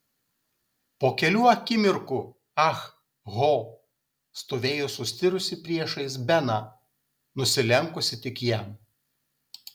po kelių akimirkų ah ho stovėjo sustirusi priešais beną nusilenkusi tik jam